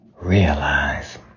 realize